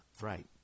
Right